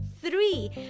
three